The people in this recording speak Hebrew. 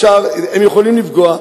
הם יכולים לפגוע,